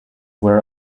where